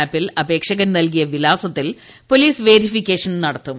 ആപ്പിൽ അപേക്ഷകൻ നൽകിയു പ്രിലാസത്തിൽ പോലീസ് വെരിഫിക്കേഷൻ നടത്തും